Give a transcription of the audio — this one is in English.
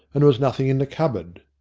and there was nothing in the cupboard.